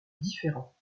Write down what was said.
différents